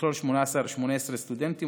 שתכלול 18 סטודנטים,